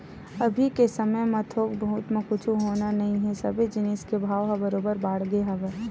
अभी के समे म थोक बहुत म कुछु होना नइ हे सबे जिनिस के भाव ह बरोबर बाड़गे हवय